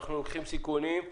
אנחנו לוקחים סיכונים.